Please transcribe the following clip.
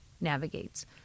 navigates